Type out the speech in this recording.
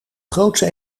grootste